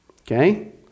okay